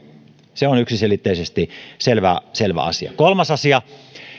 se on yksiselitteisesti selvä selvä asia kolmas asia